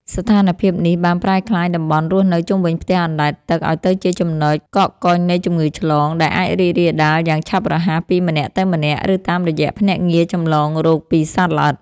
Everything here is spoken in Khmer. ស្ថានភាពនេះបានប្រែក្លាយតំបន់រស់នៅជុំវិញផ្ទះអណ្ដែតទឹកឱ្យទៅជាចំណុចកកកុញនៃជំងឺឆ្លង ដែលអាចរីករាលដាលយ៉ាងឆាប់រហ័សពីម្នាក់ទៅម្នាក់ ឬតាមរយៈភ្នាក់ងារចម្លងរោគពីសត្វល្អិត។